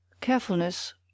Carefulness